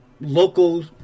local